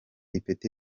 ipeti